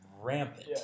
rampant